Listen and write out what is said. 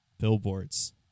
billboards